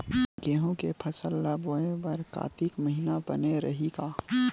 गेहूं के फसल ल बोय बर कातिक महिना बने रहि का?